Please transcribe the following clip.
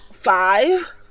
Five